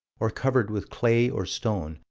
or covered with clay or stone,